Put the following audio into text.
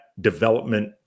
development